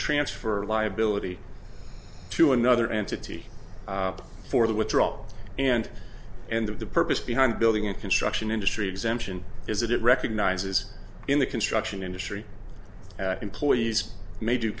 transfer liability to another entity for the withdrawal and and that the purpose behind building a construction industry exemption is that it recognizes in the construction industry that employees may do